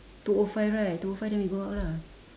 two O five right two O five then we go out lah